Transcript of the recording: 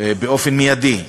באופן מיידי,